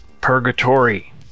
Purgatory